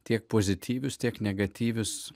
tiek pozityvius tiek negatyvius